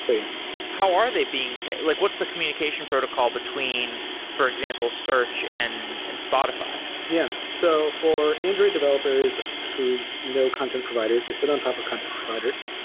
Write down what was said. yeah how are they being like what's the communication protocol between for example, search and and spotify? yeah. so for android developers who know content providers, they sit on top of content providers,